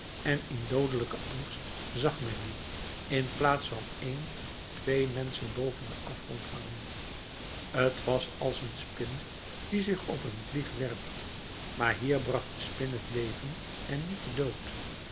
en in doodelijken angst zag men nu in plaats van één twee menschen boven den afgrond hangen t was als een spin die zich op een vlieg werpt maar hier bracht de spin het leven en niet den dood